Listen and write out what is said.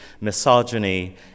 misogyny